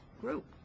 group